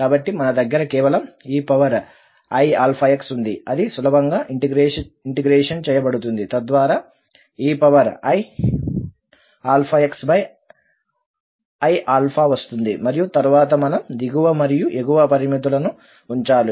కాబట్టి మన దగ్గర కేవలంeiαx ఉంది అది సులభంగా ఇంటిగ్రేషన్ చేయబడుతుంది తద్వారా eiαx iα వస్తుంది మరియు తరువాత మనం దిగువ మరియు ఎగువ పరిమితులను ఉంచాలి